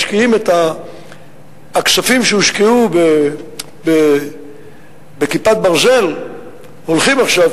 הכספים שהושקעו ב"כיפת ברזל" הולכים עכשיו,